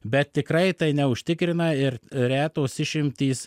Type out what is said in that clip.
bet tikrai tai neužtikrina ir retos išimtys